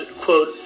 quote